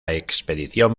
expedición